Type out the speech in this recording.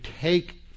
take